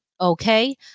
okay